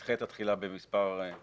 שתדחה את התחילה לפחות מספר שבועות.